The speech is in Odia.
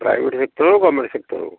ପ୍ରାଇଭେଟ୍ ସେକ୍ଟର୍ ହଉ ଗଭର୍ନମେଣ୍ଟ ସେକ୍ଟର୍ ହଉ